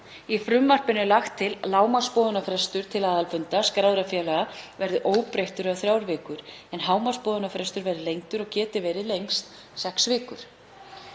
Í frumvarpinu er lagt til að lágmarksboðunarfrestur til aðalfundar skráðra félaga verði óbreyttur eða þrjár vikur en hámarksboðunarfrestur verði lengdur og geti verið lengst sex vikur.